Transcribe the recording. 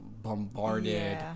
bombarded